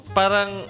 parang